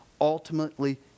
ultimately